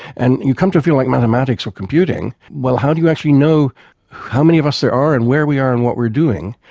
and you come to a field like mathematics or computing, well, how do you actually know how many of us there are and where we are and what we're doing.